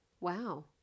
Wow